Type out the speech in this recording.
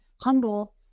humble